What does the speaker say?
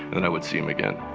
then i would see him again.